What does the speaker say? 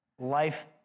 life